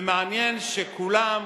ומעניין שכולם,